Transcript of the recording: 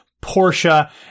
Portia